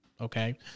Okay